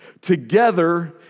Together